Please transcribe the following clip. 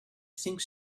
think